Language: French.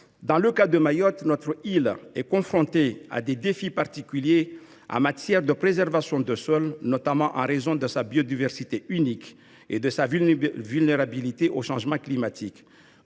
Notre île de Mayotte, par exemple, est confrontée à des défis particuliers en matière de préservation des sols, en raison de sa biodiversité unique et de sa vulnérabilité aux changements climatiques.